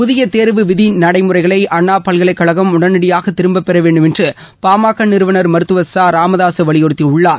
புதிய தேர்வு விதி நடைமுறைகளை அண்ணா பல்கலைக்கழகம் உடனடியாக திரும்ப்பெற வேண்டுமென்று பாமக நிறுவனர் மருத்துவர் ச ராமதாசு வலியுறுத்தியுள்ளார்